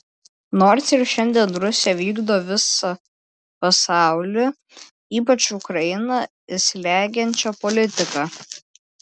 nors ir šiandien rusija vykdo visą pasaulį ypač ukrainą slegiančią politiką